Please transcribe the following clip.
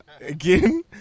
again